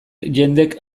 jendek